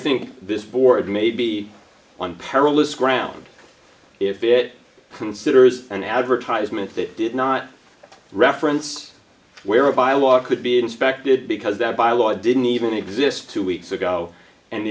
think this board may be on perilous ground if it considers an advertisement that did not reference where or by a lot could be inspected because that by law didn't even exist two weeks ago and